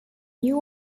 new